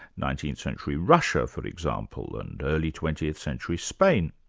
nineteenth century russia for example, and early twentieth century spain.